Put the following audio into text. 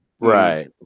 right